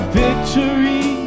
victory